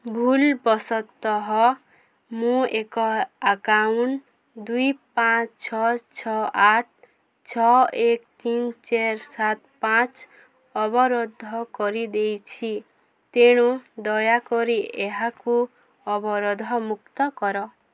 ଭୁଲ ବଶତଃ ମୁଁ ଏକ ଆକାଉଣ୍ଟ୍ ଦୁଇ ପାଞ୍ଚ ଛଅ ଛଅ ଆଠ ଛଅ ଏକ ତିନି ଚାରି ସାତ ପାଞ୍ଚ ଅବରୋଧ କରି ଦେଇଛି ତେଣୁ ଦୟାକରି ଏହାକୁ ଅବରୋଧମୁକ୍ତ କର